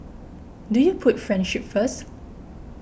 do you put friendship first